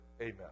Amen